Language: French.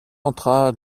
entra